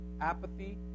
Apathy